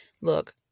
look